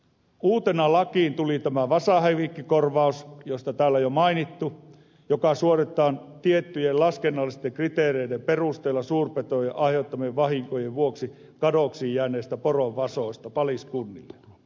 uutena lakiin tuli tämä vasahävikkikorvaus josta täällä jo mainittiin joka suoritetaan tiettyjen laskennallisten kriteereiden perusteella suurpetojen aiheuttamien vahinkojen vuoksi kadoksiin jääneistä poronvasoista paliskunnille